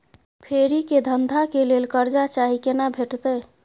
फेरी के धंधा के लेल कर्जा चाही केना भेटतै?